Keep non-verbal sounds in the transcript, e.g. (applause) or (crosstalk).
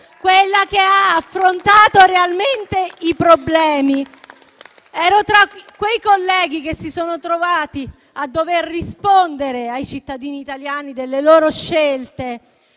quella che ha affrontato realmente i problemi. (applause) Ero tra quei colleghi che si sono trovati a dover rispondere ai cittadini italiani delle loro scelte.